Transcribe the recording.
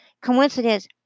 Coincidence